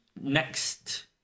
next